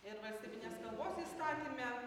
ir valstybinės kalbos įstatyme